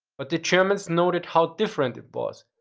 but the germans noted how different it was,